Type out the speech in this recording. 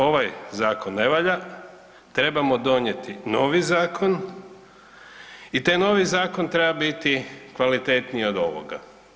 Ovaj zakon ne valja, trebamo donijeti novi zakon i taj novi zakon treba biti kvalitetniji od ovoga.